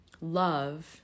Love